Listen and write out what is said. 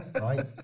right